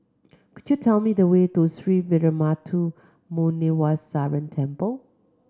could you tell me the way to Sree Veeramuthu Muneeswaran Temple